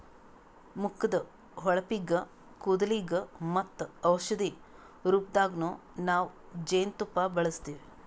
ಮುಖದ್ದ್ ಹೊಳಪಿಗ್, ಕೂದಲಿಗ್ ಮತ್ತ್ ಔಷಧಿ ರೂಪದಾಗನ್ನು ನಾವ್ ಜೇನ್ತುಪ್ಪ ಬಳಸ್ತೀವಿ